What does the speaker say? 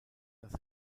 das